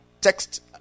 text